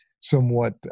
somewhat